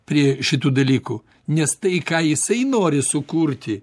prie šitų dalykų nes tai ką jisai nori sukurti